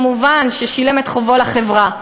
שכמובן שילם את חובו לחברה.